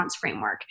framework